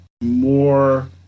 more